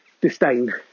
disdain